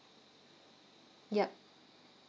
yup